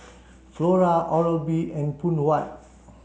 Flora Oral B and Phoon White